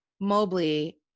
Mobley